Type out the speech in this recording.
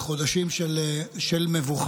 בחודשים של מבוכה,